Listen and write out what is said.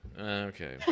Okay